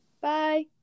Bye